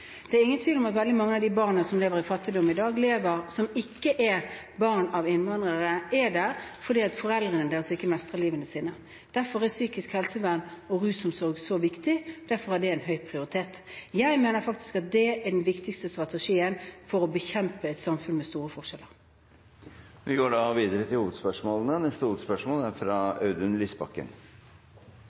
Det er ingen tvil om at veldig mange av de barna som lever i fattigdom i dag, og som ikke er barn av innvandrere, gjør det fordi foreldrene deres ikke mestrer livene sine. Derfor er psykisk helsevern og rusomsorg så viktig. Derfor har det høy prioritet. Jeg mener faktisk at det er den viktigste strategien for å bekjempe et samfunn med store forskjeller. Vi går til neste hovedspørsmål. Det er